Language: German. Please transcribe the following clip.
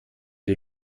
die